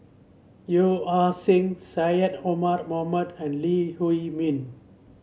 Yeo Ah Seng Syed Omar Mohamed and Lee Huei Min